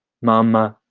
momma.